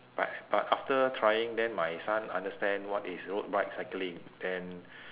but but after trying then my son understand what is road bike cycling then